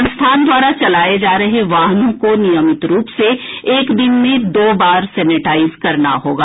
संस्थान द्वारा चलाये जा रहे वाहनों को नियमित रूप से एक दिन में दो बार सेनेटाइज करना होगा